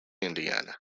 indiana